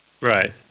Right